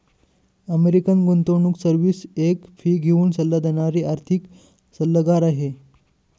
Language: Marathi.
अमेरिकन गुंतवणूक सर्विस एक फी घेऊन सल्ला देणारी आर्थिक सल्लागार आहे